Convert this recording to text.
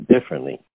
differently